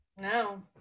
No